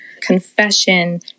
Confession